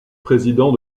président